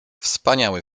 wspaniały